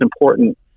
important